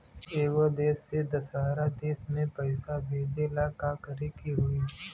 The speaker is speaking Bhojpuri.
एगो देश से दशहरा देश मे पैसा भेजे ला का करेके होई?